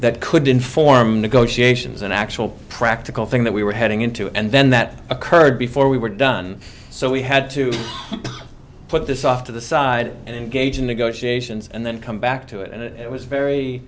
that could inform negotiations and actual practical thing that we were heading into and then that occurred before we were done so we had to put this off to the side and engage in negotiations and then come back to it and it was very